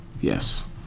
Yes